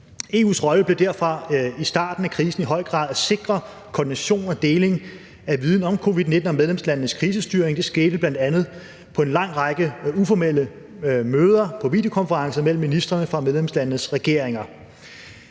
EU's rolle blev derfor i starten af krisen i høj grad at sikre koordination og deling af viden om covid-19 og medlemslandenes krisestyring. Det skete bl.a. på en lang række uformelle møder som videokonferencer mellem ministrene fra medlemslandenes regeringer.